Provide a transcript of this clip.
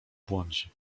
błądzi